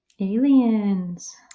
aliens